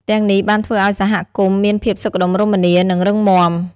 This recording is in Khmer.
ទាំងនេះបានធ្វើឱ្យសហគមន៍មានភាពសុខដុមរមនា និងរឹងមាំ។